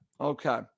Okay